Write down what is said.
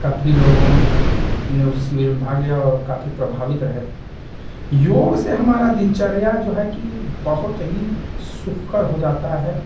काफ़ी लोगों ने उस शिविर में भाग लिया और काफ़ी प्रभावित रहे योग से हमारा दिनचर्या जो है कि बहुत ही सुखकार हो जाता है